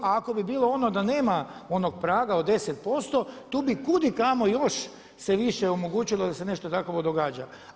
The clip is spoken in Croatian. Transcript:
A ako bi bilo ono da nema onog praga od 10% tu bi kudikamo još se više omogućilo da se nešto takvo događa.